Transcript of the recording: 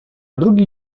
drugi